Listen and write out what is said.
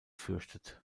fürchtet